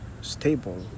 stable